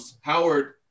Howard